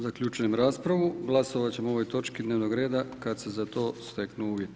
Zaključujem raspravu, glasovat ćemo o ovoj točki dnevnog reda kad se za to steknu uvjeti.